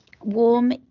warm